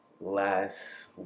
last